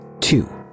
Two